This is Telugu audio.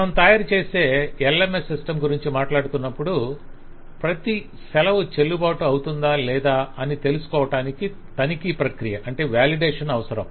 మనం తయారుచేసే ఎల్ఎంఎస్ సిస్టం గురించి మాట్లాడుతున్నప్పుడు - ప్రతి సెలవు చెల్లుబాటు అవుతుందా లేదా అని తెలుసుకోవటానికి తనిఖీ ప్రక్రియ అవసరం